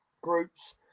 groups